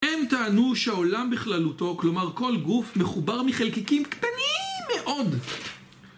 הם טענו שהעולם בכללותו, כלומר כל גוף, מחובר מחלקיקים קטניים מאוד.